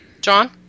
John